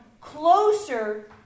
closer